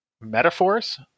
metaphors